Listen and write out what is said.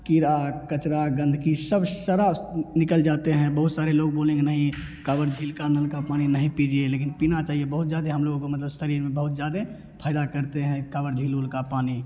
कीड़ा कचरा गंदगी सब सारी निकल जाती है बहुत सारे लोग बोलेंगे नहीं कावर झील का नल का पानी नहीं पीजिए लेकिन पीना चाहिए बहुत ज़्यादा हम लोगों को मतलब शरीर में बहुत ज़्यादा फ़ायदा करता है कावर झील उल का पानी